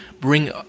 bring